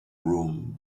room